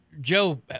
Joe